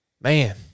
man